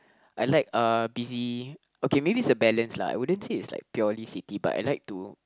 I like uh busy okay maybe is a balance lah I wouldn't say it's purely city but I like to